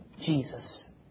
Jesus